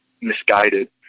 misguided